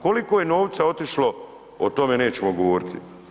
Koliko je novca otišlo, o tome nećemo govoriti.